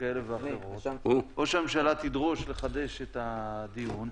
כאלה ואחרות או שהממשלה תדרוש לחדש את הדיון,